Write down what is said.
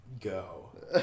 go